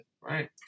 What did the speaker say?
right